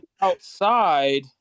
outside